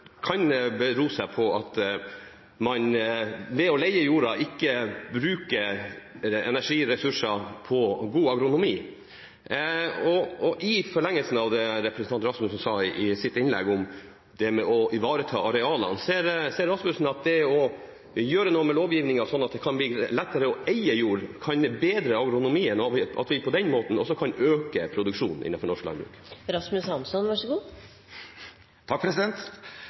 kan bero på at man når man leier jorda, ikke bruker energi og ressurser på god agronomi. I forlengelsen av det representanten Rasmus Hansson sa i sitt innlegg om å ivareta arealene, ser han at det å gjøre noe med lovgivningen slik at det kan bli lettere å eie jord, kan bedre agronomien, og at vi på den måten også kan øke produksjonen innenfor norsk landbruk?